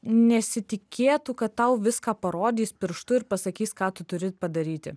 nesitikėtų kad tau viską parodys pirštu ir pasakys ką tu turi padaryti